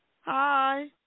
Hi